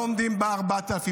לא עומדים ב-4,800,